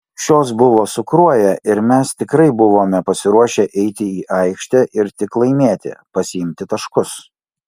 šios buvo su kruoja ir mes tikrai buvome pasiruošę eiti į aikštę ir tik laimėti pasiimti taškus